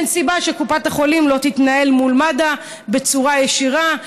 ואין סיבה שקופת החולים לא תתנהל מול מד"א בצורה ישירה.